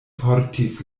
portis